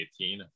2018